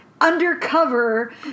Undercover